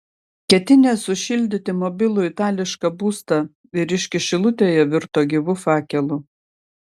ketinęs sušildyti mobilų itališką būstą vyriškis šilutėje virto gyvu fakelu